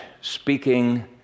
speaking